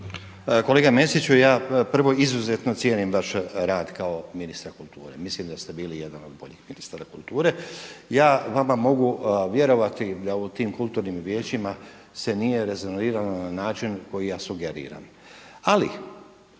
Kolega Mesiću, ja prvo izuzetno cijenim vaš rad kao ministra kulture. Mislim da ste bili jedan od boljih ministara kulture. Ja vama mogu vjerovati da u tim kulturnim vijećima se nije rezonirano na način koji ja sugeriram. Ali